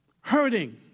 hurting